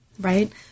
right